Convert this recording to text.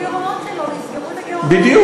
את הגירעון שלו, יסגרו את הגירעון, בדיוק.